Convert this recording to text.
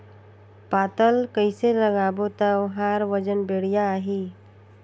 पातल कइसे लगाबो ता ओहार वजन बेडिया आही?